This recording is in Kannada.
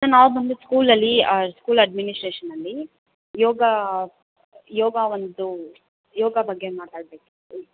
ಸರ್ ನಾವು ಬಂದು ಸ್ಕೂಲಲ್ಲಿ ಸ್ಕೂಲ್ ಅಡ್ಮಿನಿಸ್ಟ್ರೇಷನಲ್ಲೀ ಯೋಗಾ ಯೋಗ ಒಂದು ಯೋಗ ಬಗ್ಗೆ ಮಾತಾಡಬೇಕಿತ್ತು